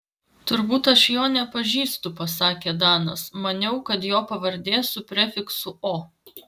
turbūt aš jo nepažįstu pasakė danas maniau kad jo pavardė su prefiksu o